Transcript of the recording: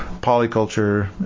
polyculture